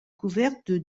couverte